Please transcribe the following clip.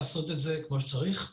לעשות את זה כמו שצריך.